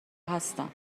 هستم